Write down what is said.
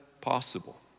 possible